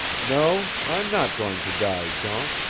no, i'm not going to die, jean.